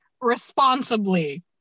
responsibly